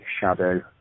shadow